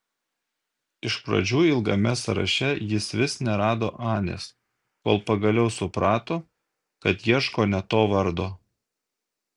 iš pradžių ilgame sąraše jis vis nerado anės kol pagaliau suprato kad ieško ne to vardo